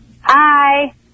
Hi